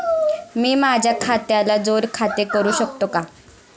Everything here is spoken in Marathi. मी माझ्या खात्याला जोड खाते करू शकतो का?